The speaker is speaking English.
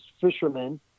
fishermen